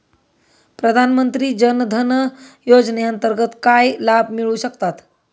प्रधानमंत्री जनधन योजनेअंतर्गत काय लाभ मिळू शकतात?